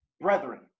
brethren